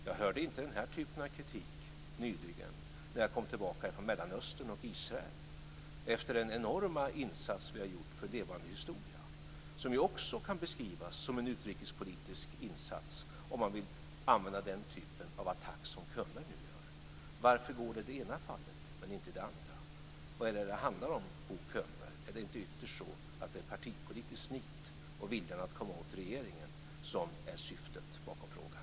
Jag hörde inte den här typen av kritik nyligen när jag kom tillbaka från Mellanöstern och Israel, efter den enorma insats vi har gjort för projektet Levande historia, som ju också kan beskrivas som en utrikespolitisk insats - om man nu vill använda den typ av attack som Bo Könberg nu gör. Varför går det i det ena fallet men inte i det andra? Vad är det handlar om, Bo Könberg? Är det inte ytterst partipolitiskt nit och viljan att komma åt regeringen som är syftet bakom frågan?